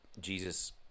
jesus